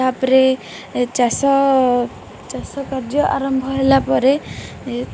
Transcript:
ତା'ପରେ ଚାଷ ଚାଷ କାର୍ଯ୍ୟ ଆରମ୍ଭ ହେଲା ପରେ